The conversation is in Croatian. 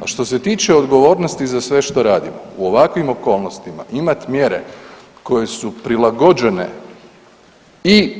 A što se tiče odgovornosti za sve što radimo u ovakvim okolnostima imat mjere koje su prilagođene i